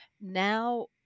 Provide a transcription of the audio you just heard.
Now